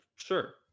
Sure